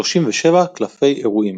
37 'קלפי אירועים'.